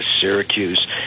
syracuse